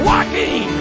walking